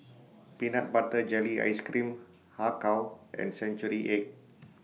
Peanut Butter Jelly Ice Cream Har Kow and Century Egg